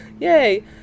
yay